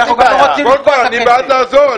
בעד לעזור.